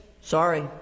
sorry